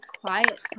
quiet